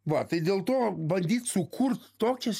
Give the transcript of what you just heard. va tai dėl to bandyt sukurt tokias